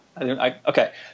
Okay